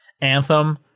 Anthem